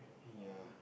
ya